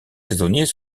saisonniers